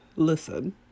Listen